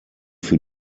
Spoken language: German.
für